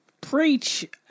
Preach